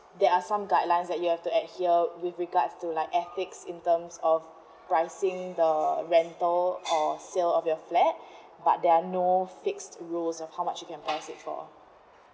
there are some guidelines that you have to adhere with regards to like ethics in terms of pricing the rental or sale of your flat but there are no fixed rules of how much you can pay it for